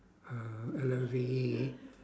uh L O V E E